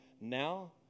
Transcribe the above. Now